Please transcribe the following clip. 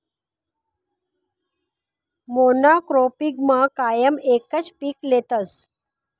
मोनॉक्रोपिगमा कायम एकच पीक लेतस